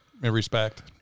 respect